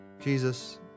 Jesus